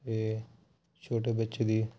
ਇਹ ਛੋਟੇ ਬੱਚੇ ਦੀ